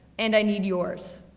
and i need yours.